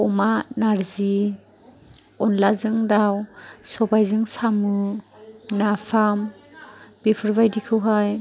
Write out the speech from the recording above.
अमा नारजि अनलाजों दाउ सबायजों साम' नाफाम बेफोरबायदिखौहाय